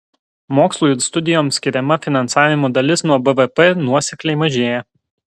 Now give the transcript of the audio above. mokslui ir studijoms skiriama finansavimo dalis nuo bvp nuosekliai mažėja